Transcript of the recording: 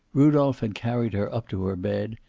rudolph had carried her up to her bed,